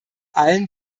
allen